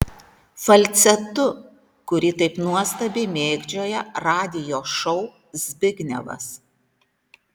falcetu kurį taip nuostabiai mėgdžioja radijo šou zbignevas